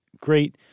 great